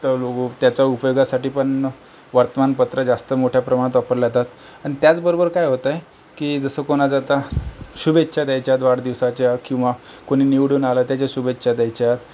तर त्याच्या उपयोगासाठी पण वर्तमानपत्र जास्त मोठ्या प्रमाणात वापरल्या जातात पण त्याचबरोबर काय होतंय की जसं कोणाचं आता शुभेच्छा द्यायच्यात वाढदिवसाच्या किंवा कोणी निवडून आलं त्याच्या शुभेच्छा द्यायच्या